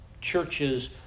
churches